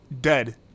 dead